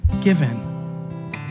given